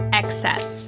excess